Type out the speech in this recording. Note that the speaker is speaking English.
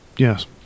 Yes